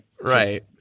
Right